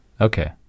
Okay